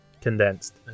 condensed